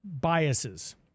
biases